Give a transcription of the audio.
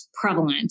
prevalent